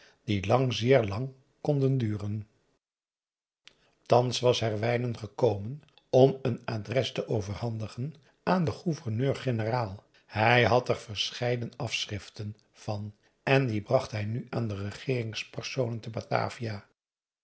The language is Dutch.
die lang zeer lang konden duren p a daum hoe hij raad van indië werd onder ps maurits thans was van herwijnen gekomen om een adres te overhandigen aan den gouverneur-generaal hij had er verscheiden afschriften van en die bracht hij nu aan de regeeringspersonen te batavia